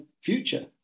future